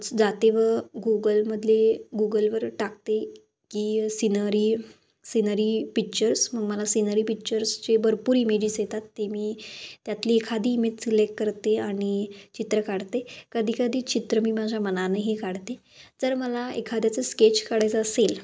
जाते व गुगलमधले गुगलवर टाकते की सीनरी सीनरी पिच्चर्स मग मला सीनरी पिच्चर्सचे भरपूर इमेजेस येतात ते मी त्यातली एखादी इमेज सिलेक्ट करते आणि चित्र काढते कधी कधी चित्र मी माझ्या मनानेही काढते जर मला एखाद्याचं स्केच काढायचं असेल